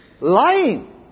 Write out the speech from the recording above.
lying